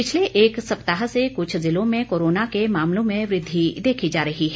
पिछले एक सप्ताह से क्छ जिलों में कोरोना के मामलों में वृद्धि देखी जा रही है